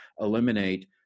eliminate